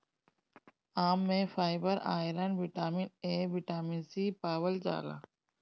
आम में fibre, iron, vitamin A, vitamin C पावल जाला